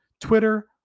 Twitter –